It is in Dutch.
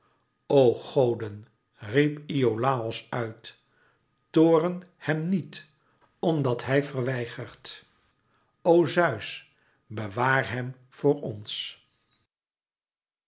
goden riep iolàos uit toorn hem niet omdat hij verweigert o zeus bewaar hem voor ons